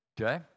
Okay